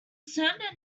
certain